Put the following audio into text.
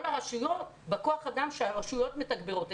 הרשויות בכוח האדם שהרשויות מתגברות,